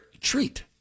treat